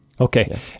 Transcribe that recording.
Okay